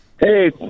Hey